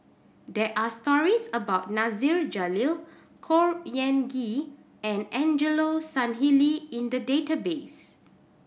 there are stories about Nasir Jalil Khor Ean Ghee and Angelo Sanelli in the database